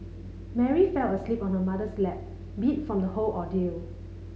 Mary fell asleep on her mother's lap beat from the whole ordeal